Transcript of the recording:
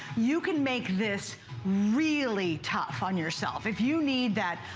you can make this really tough on yourself if you need that.